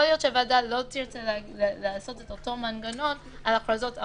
ייתכן שהוועדה לא תרצה לעשות אותו מנגנון על הכרזות-